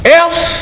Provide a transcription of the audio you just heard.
else